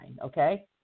okay